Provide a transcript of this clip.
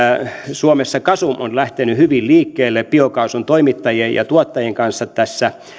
suomessa gasum on lähtenyt hyvin liikkeelle biokaasun toimittajien ja tuottajien kanssa tässä